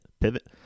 pivot